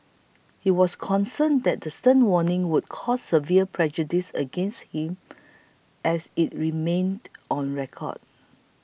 he was concerned that the stern warning would cause severe prejudice against him as it remained on record